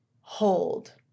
Hold